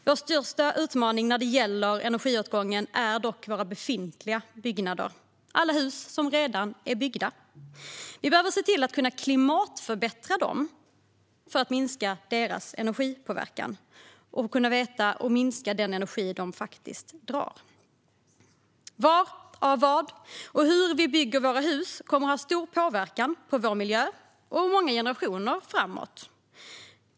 Vår största utmaning vad gäller energiåtgång är dock våra befintliga byggnader, det vill säga alla hus som redan är byggda. Vi behöver klimatförbättra dem för att minska deras klimatpåverkan och energiåtgång. Var, av vad och hur vi bygger våra hus kommer att ha stor påverkan på vår miljö under många generationer framåt.